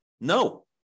No